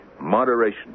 Moderation